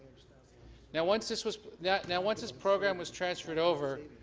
now, once this was yeah now, once this program was transferred over,